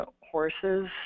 horses